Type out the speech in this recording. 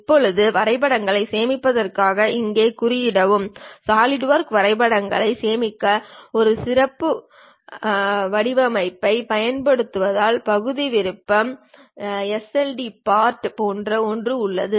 இப்போது வரைபடங்களைச் சேமிப்பதற்கான இங்கே குறியீடானது சாலிட்வொர்க்ஸ் வரைபடங்களைச் சேமிக்க ஒரு சிறப்பு வடிவமைப்பைப் பயன்படுத்துவதால் பகுதி விருப்பம் sld part போன்ற ஒன்று உள்ளது